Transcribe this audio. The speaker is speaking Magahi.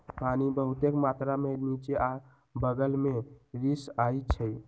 पानी बहुतेक मात्रा में निच्चे आ बगल में रिसअई छई